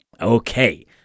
Okay